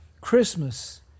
Christmas